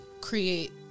create